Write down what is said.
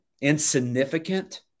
insignificant